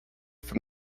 from